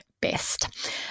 best